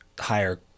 higher